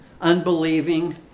unbelieving